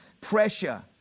pressure